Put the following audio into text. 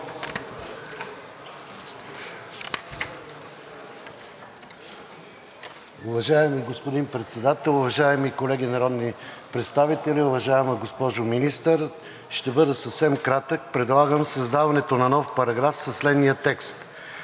Уважаеми господин Председател, уважаеми колеги народни представители, уважаема госпожо Министър! Ще бъда съвсем кратък. Предлагам създаването на нов параграф със следния текст: